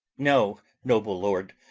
know, noble lord,